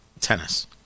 tennis